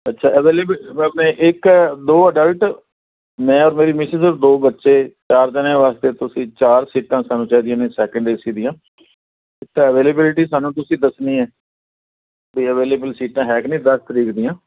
ਅੱਛਾ ਇਹਦੇ ਲਈ ਇੱਕ ਦੋ ਅਡਲਟ ਮੈਂ ਔਰ ਮੇਰੀ ਮਿਸਿਜ਼ ਔਰ ਦੋ ਬੱਚੇ ਚਾਰ ਜਣਿਆ ਵਾਸਤੇ ਤੁਸੀਂ ਚਾਰ ਸੀਟਾਂ ਸਾਨੂੰ ਚਾਹੀਦੀਆਂ ਨੇ ਸੈਕਿੰਡ ਏ ਸੀ ਦੀਆਂ ਇੱਕ ਤਾਂ ਅਵੇਲੇਬਿਲਟੀ ਸਾਨੂੰ ਤੁਸੀਂ ਦੱਸਣੀ ਹੈ ਕਿ ਅਵੇਲੇਬਲ ਸੀਟਾਂ ਹੈ ਕਿ ਨਹੀਂ ਦਸ ਤਾਰੀਖ ਦੀਆਂ